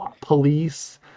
police